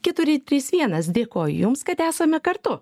keturi trys vienas dėkoju jums kad esame kartu